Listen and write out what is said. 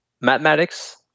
mathematics